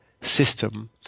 system